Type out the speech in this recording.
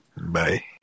Bye